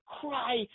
cry